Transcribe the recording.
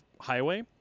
highway